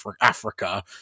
Africa